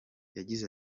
yagize